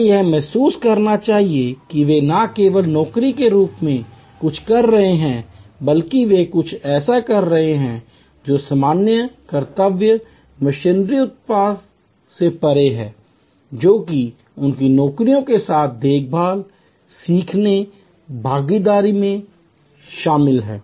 उन्हें यह महसूस करना चाहिए कि वे न केवल नौकरी के रूप में कुछ कर रहे हैं बल्कि वे कुछ ऐसा कर रहे हैं जो सामान्य कर्तव्य मिशनरी उत्साह से परे है जो कि उनकी नौकरियों के साथ देखभाल सीखने भागीदारी में शामिल है